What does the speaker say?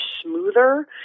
smoother